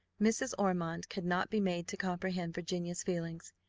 mrs. ormond could not be made to comprehend virginia's feelings.